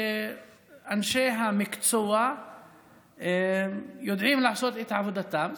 אנשי המקצוע יודעים לעשות את עבודתם.